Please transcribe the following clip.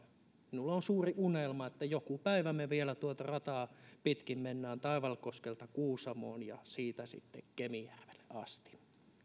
minulla on suuri unelma että joku päivä me vielä tuota rataa pitkin menemme taivalkoskelta kuusamoon ja siitä sitten kemijärvelle asti